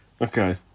Okay